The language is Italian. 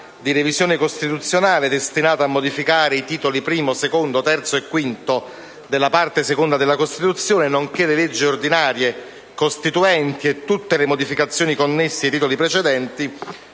di revisione costituzionale, destinata a modificare i Titoli I, II, III e V della Parte Seconda della Costituzione, nonché le leggi ordinarie costituenti e tutte le modificazioni connesse ai Titoli precedenti,